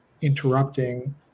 interrupting